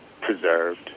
preserved